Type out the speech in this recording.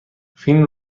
فیلم